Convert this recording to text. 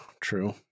true